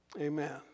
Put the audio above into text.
Amen